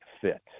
fit